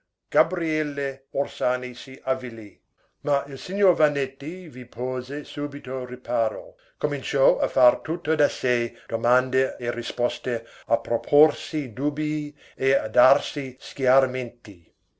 scelta gabriele orsani si avvilì ma il signor vannetti vi pose subito riparo cominciò a far tutto da sé domande e risposte a proporsi dubbii e a darsi schiarimenti